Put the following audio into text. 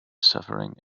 suffering